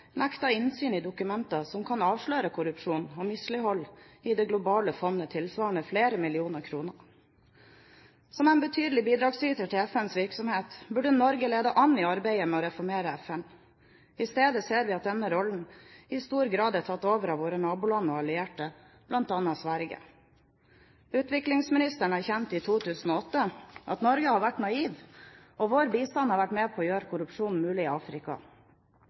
innsyn i dokumenter som kan avsløre korrupsjon og mislighold i Det globale fondet tilsvarende flere millioner kroner. Som en betydelig bidragsyter til FNs virksomhet burde Norge lede an i arbeidet med å reformere FN. I stedet ser vi at denne rollen i stor grad er tatt over av våre naboland og allierte, bl.a. Sverige. Utviklingsministeren erkjente i 2008 at «Norge har vært naiv og vår bistand har vært med på å gjøre korrupsjon mulig i Afrika».